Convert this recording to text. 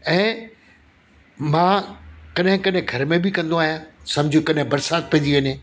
ऐं मां कॾहिं कॾहिं घर में बि कंदो आहियां सम्झो कॾहिं बरसाति पइजी वञे